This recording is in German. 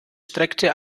streckte